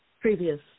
previous